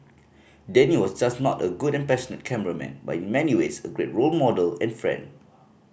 Danny was not just a good and passionate cameraman but in many ways a great role model and friend